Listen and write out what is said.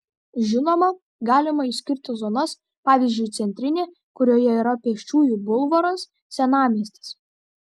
žinoma galima išskirti zonas pavyzdžiui centrinė kurioje yra pėsčiųjų bulvaras senamiestis